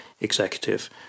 executive